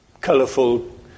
colourful